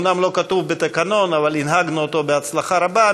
אומנם לא כתוב בתקנון אבל הנהגנו אותו בהצלחה רבה,